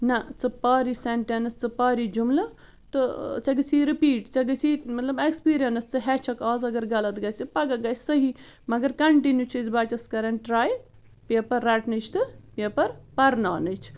نَہ ژٕ پَر یہِ سٮ۪نٛٹٮ۪نٕس ژٕ پر یہِ جُملہٕ تہٕ ژےٚ گٔژھی رِپیٖٹ ژےٚ گَژھی مطلب اٮ۪کٕسپیٖریَنٕس ژٕ ہیٚچھَکھ آز اگر غلط گَژھِ پَگاہ گَژھِ صحیح مگر کنٹِنیوٗ چھِ أسۍ بچس کَران ٹرٛاے پیپر رٹنٕچ تہٕ پیپر پروانٕچ